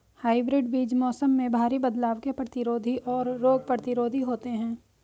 hybrid बीज मौसम में भारी बदलाव के प्रतिरोधी और रोग प्रतिरोधी होते हैं